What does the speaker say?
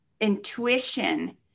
intuition